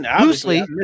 loosely